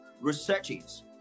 researches